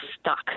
stuck